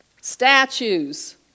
statues